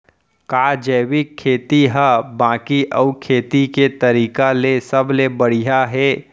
का जैविक खेती हा बाकी अऊ खेती के तरीका ले सबले बढ़िया हे?